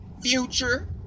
Future